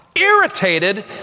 irritated